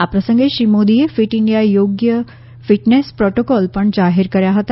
આ પ્રસંગે શ્રી મોદીએ ફિટ ઈન્જિયા યોગ્ય ફીટનેસ પ્રોટોકોલ પણ જાહેર કર્યા હતા